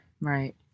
Right